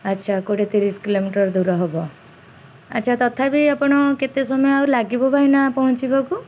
ଆଚ୍ଛା କୋଡ଼ିଏ ତିରିଶ କିଲୋମିଟର୍ ଦୂର ହବ ଆଚ୍ଛା ତଥାପି ଆପଣ କେତେ ସମୟ ଆଉ ଲାଗିବ ଭାଇନା ପହଞ୍ଚିବାକୁ